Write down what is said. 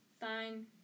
Fine